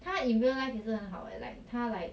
他 in real life 也是很好 eh like 他 like